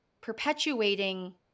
perpetuating